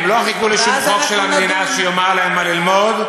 הם לא חיכו לשום חוק של המדינה שיאמר להם מה ללמוד.